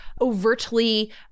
overtly